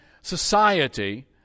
society